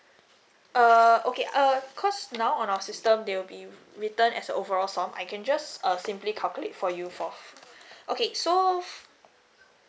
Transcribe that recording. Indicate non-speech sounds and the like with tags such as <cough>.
err okay uh cause now on our system they'll be written as an overall sum I can just uh simply calculate for you for <breath> okay so